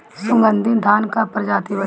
सुगन्धित धान क प्रजाति बताई?